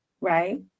right